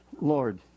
Lord